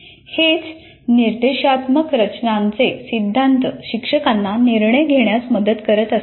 हेच निर्देशात्मक रचनांचे सिद्धांत शिक्षकांना निर्णय घेण्यास मदत करतात